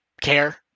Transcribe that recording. care